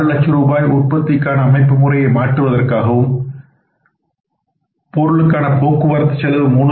00 லட்சம் ரூபாய் உற்பத்திக்கான அமைப்புமுறையை மாற்றுவதற்காகவும் பொருளுக்கான போக்குவரத்து செலவு 3